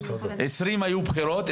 ב-2020 היו בחירות.